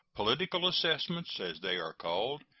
political assessments, as they are called,